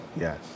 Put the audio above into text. Yes